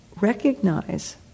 recognize